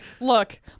look